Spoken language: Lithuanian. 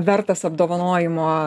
vertas apdovanojimo